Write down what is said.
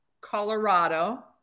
Colorado